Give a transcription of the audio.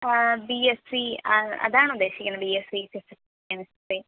B Sc അത് അതാണോ ഉദ്ദേശിക്കുന്നത് ബി എസ്സി അങ്ങനത്തെ